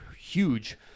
huge